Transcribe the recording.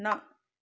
ਨਾ